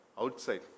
outside